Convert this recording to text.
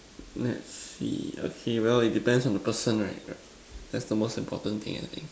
let's see okay well it depends on the person right that's the most important thing I think